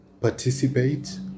participate